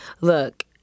look